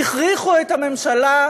"הכריחו את הממשלה".